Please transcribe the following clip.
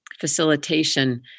facilitation